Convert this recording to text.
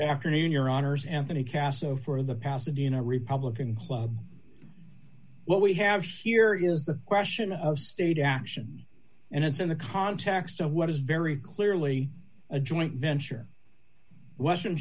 afternoon your honour's anthony casso for the pasadena republican club what we have here is the question of state action and it's in the context of what is very clearly a joint venture western